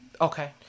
Okay